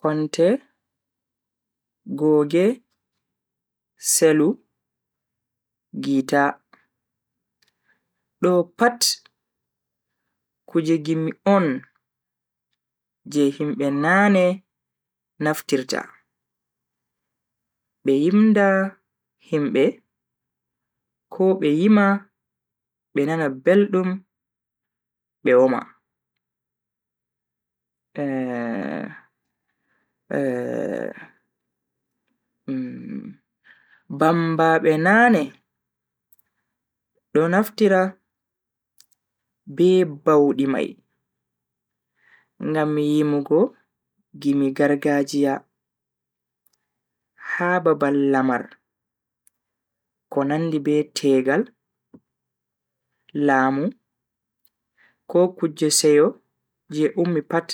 Konte. Googe, selu, gitaa. Do pat kuje gimi on je himbe nane naftirta be yimda himbe ko be yima be nana beldum be woma. bambaabe nane do naftira be baudi mai ngam yimugo gimi gargajiya ha babal lamar ko nandi be tegal, laamu ko kuje seyo je ummi pat.